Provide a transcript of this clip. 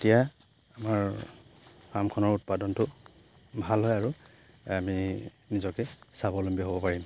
তেতিয়া আমাৰ ফাৰ্মখনৰ উৎপাদনটো ভাল হয় আৰু আমি নিজকে স্বাৱলম্বী হ'ব পাৰিম